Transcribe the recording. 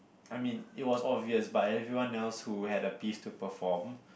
I mean it was obvious but everyone else who had a piece to perform